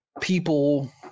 people